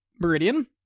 Meridian